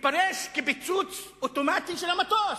תתפרש כפיצוץ אוטומטי של המטוס.